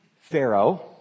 Pharaoh